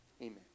Amen